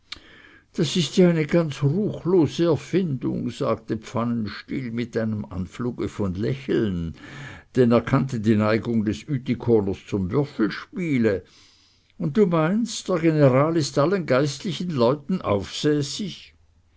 das ist ja eine ganz ruchlose erfindung sagte pfannenstiel mit einem anfluge von lächeln denn er kannte die neigung des ütikoners zum würfelspiele und du meinst der general ist allen geistlichen leuten